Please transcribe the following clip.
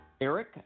Eric